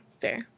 Fair